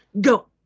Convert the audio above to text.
go